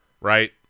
right